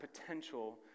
potential